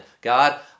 God